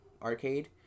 arcade